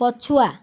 ପଛୁଆ